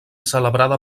celebrada